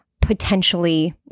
Potentially